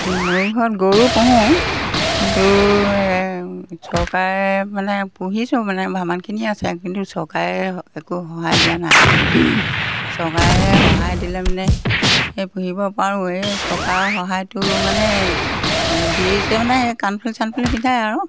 মোৰ ঘৰত গৰু পোহোঁ কিন্তু চৰকাৰে মানে পুহিছোঁ মানে ভালেমানখিনি আছে কিন্তু চৰকাৰে একো সহায় দিয়া নাই চৰকাৰে সহায় দিলে মানে পুহিব পাৰোঁ এই চৰকাৰৰ সহায়টো মানে দিছে মানে কাণফুলি চানফুলি পিন্ধাই আৰু